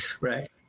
right